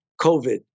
COVID